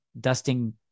dusting